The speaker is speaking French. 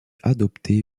adopté